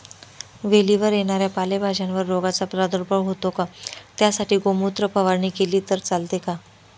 वेलीवर येणाऱ्या पालेभाज्यांवर रोगाचा प्रादुर्भाव होतो का? त्यासाठी गोमूत्र फवारणी केली तर चालते का?